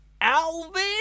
Alvin